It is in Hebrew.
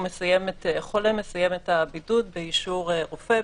חולה מסיים את הבידוד באישור רופא,